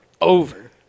over